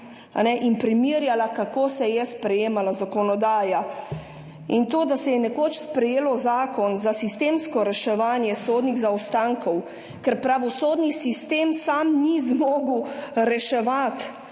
in primerjala, kako se je sprejemala zakonodaja. In to, da se je nekoč sprejelo zakon za sistemsko reševanje sodnih zaostankov, ker pravosodni sistem sam ni zmogel reševati,